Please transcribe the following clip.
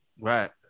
Right